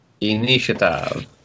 Initiative